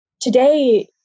today